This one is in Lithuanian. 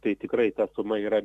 tai tikrai ta suma yra